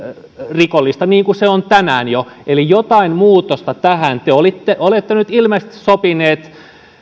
rikollista niin kuin se on tänään jo eli jotain muutosta tähän te olette nyt ilmeisesti sopineet